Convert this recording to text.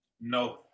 No